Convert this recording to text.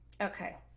Okay